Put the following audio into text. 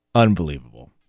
Unbelievable